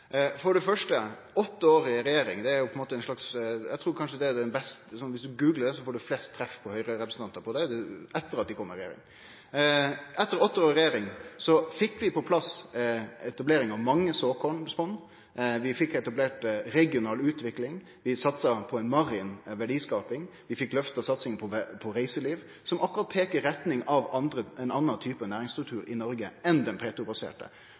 For det første: Dersom ein googlar åtte år i regjering, får ein flest treff på Høgre-representantar – etter at dei kom i regjering. Etter åtte år i regjering fekk vi på plass etablering av mange såkornfond, vi fekk etablert regional utvikling, vi satsa på ei marin verdiskaping, vi fekk løfta satsinga på reiseliv, som peiker i retning av ein annan type næringsstruktur i Noreg enn den